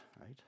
right